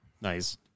Nice